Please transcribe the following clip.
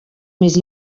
més